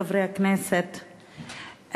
חברי הכנסת,